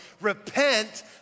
Repent